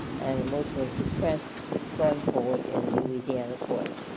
and emotional distress going ah and in louisiana courts.